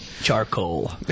Charcoal